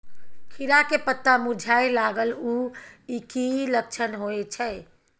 खीरा के पत्ता मुरझाय लागल उ कि लक्षण होय छै?